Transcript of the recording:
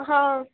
ہاں